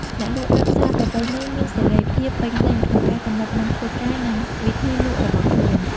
អ្នកលក់នៅផ្សារប្រពៃណីមានសេរីភាពពេញលេញក្នុងការកំណត់ម៉ោងធ្វើការ និងវិធីលក់របស់ខ្លួន។